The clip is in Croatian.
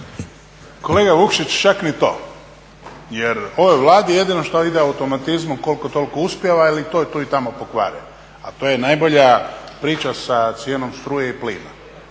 Kolega Vukšić, čak ni to. Jer ovoj Vladi jedino što ide automatizmom koliko toliko uspijeva, ali to i tu i tamo pokvare, a to je najbolja priča sa cijenom struje i plina.